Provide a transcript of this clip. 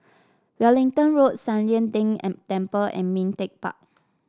Wellington Road San Lian Deng Temple and Ming Teck Park